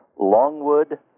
Longwood